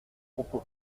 propos